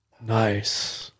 Nice